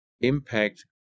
impact